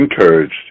encouraged